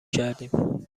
کردیم